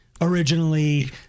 originally